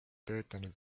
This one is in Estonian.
töötanud